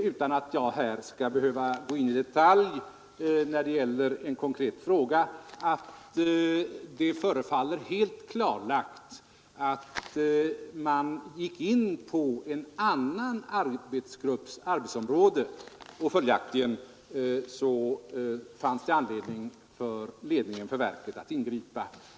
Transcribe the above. Utan att gå in i detalj på den konkreta frågan tycker jag att det förefaller helt klarlagt att arbetsgruppen i fråga gick in på en annan arbetsgrupps arbetsområde, och följaktligen fanns det anledning för ledningen för verket att ingripa.